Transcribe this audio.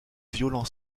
violent